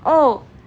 oh